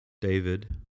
David